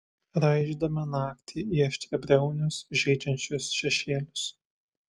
raižydama naktį į aštriabriaunius žeidžiančius šešėlius